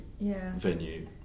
venue